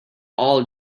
all